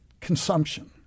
consumption